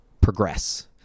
progress